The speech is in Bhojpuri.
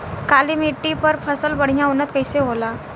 काली मिट्टी पर फसल बढ़िया उन्नत कैसे होला?